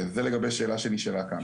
זה לגבי שאלה שנשאלה כאן,